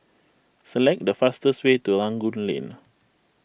select the fastest way to Rangoon Lane